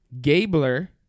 Gabler